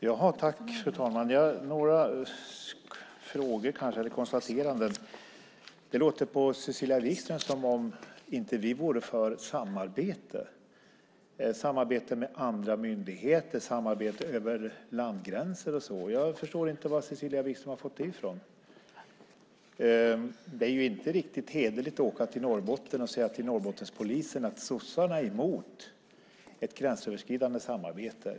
Fru talman! Jag ska göra några konstateranden. Det låter på Cecilia Wigström som om vi inte vore för samarbete med andra myndigheter och samarbete över landgränser. Jag förstår inte var Cecilia Wigström har fått det ifrån. Det är inte riktigt hederligt att åka till Norrbotten och säga till Norrbottenspolisen att sossarna är emot gränsöverskridande samarbete.